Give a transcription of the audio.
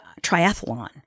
triathlon